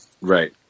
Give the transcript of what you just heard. right